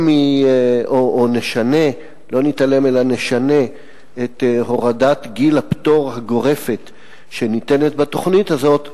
אם נשנה את הורדת גיל הפטור הגורפת שניתנת בתוכנית הזאת,